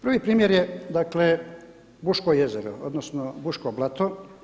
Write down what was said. Prvi primjer je, dakle Buško jezero odnosno Buško blato.